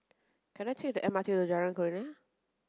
can I take the M R T to Jalan Kurnia